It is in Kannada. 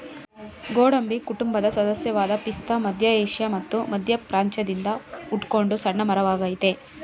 ಗೋಡಂಬಿ ಕುಟುಂಬದ ಸದಸ್ಯವಾದ ಪಿಸ್ತಾ ಮಧ್ಯ ಏಷ್ಯಾ ಮತ್ತು ಮಧ್ಯಪ್ರಾಚ್ಯದಿಂದ ಹುಟ್ಕೊಂಡ ಸಣ್ಣ ಮರವಾಗಯ್ತೆ